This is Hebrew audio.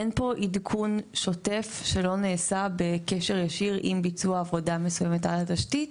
אין פה עדכון שוטף שלא נעשה בקשר ישר עם ביצוע עבודה מסוימת על התשתית,